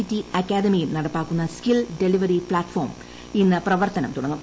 T അക്കാദമിയും നടപ്പാക്കുന്ന skill delivery platform ഇന്ന് പ്രവർത്തനം തുടങ്ങും